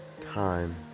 time